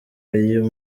uyu